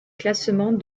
classement